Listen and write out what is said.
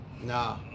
Nah